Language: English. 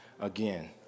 again